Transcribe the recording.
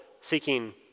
seeking